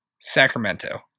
Sacramento